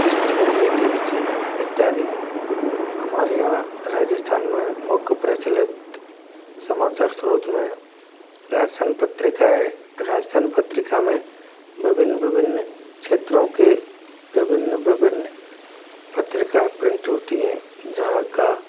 east India T V channel इत्यादि हमारे यहाँ राजस्थान में मुख्य प्रचलित समाचार स्रोत में राजस्थान पत्रिका है राजस्थान पत्रिका में विभिन्न विभिन्न क्षेत्रों के विभिन्न विभिन्न पत्रिकाएं प्रिंट होती है जहाँ का